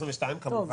והעשרים ושתיים כמובן,